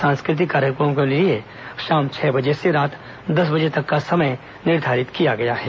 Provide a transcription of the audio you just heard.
सांस्कृतिक कार्यक्रमों के लिए शाम छह बजे से रात दस बजे तक का समय निर्धारित किया गया है